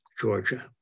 Georgia